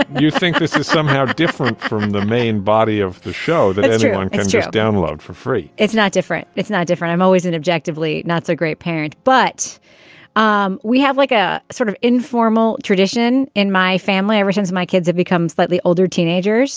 you think this is somehow different from the main body of the show that everyone just download for free? it's not different. it's not different. i'm always an objectively not-so-great parent, but um we have like a sort of informal tradition in my family. ever since my kids have become slightly older teenagers